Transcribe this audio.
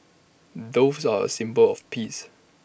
doves are A symbol of peace